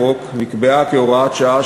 6(ה) לחוק נקבעה כהוראת שעה,